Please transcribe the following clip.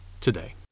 today